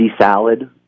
salad